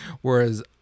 Whereas